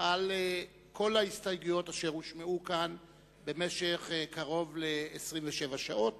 על כל ההסתייגויות שהושמעו כאן במשך קרוב ל-27 שעות